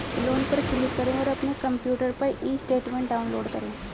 loan पर click करें और अपने कंप्यूटर पर ई स्टेटमेंट डाउनलोड करें